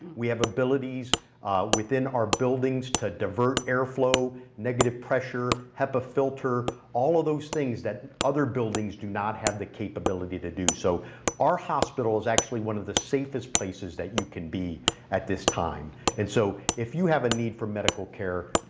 we have abilities within our buildings to divert airflow, negative pressure, hepa filter, all of those things that other buildings do not have the capability to do. so our hospital is actually one of the safest places that you can be at this time and so if you have a need for medical care,